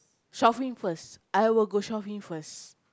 shopping first I will go shopping first